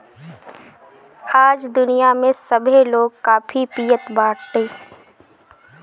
आज दुनिया में सभे लोग काफी पियत बाटे